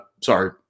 Sorry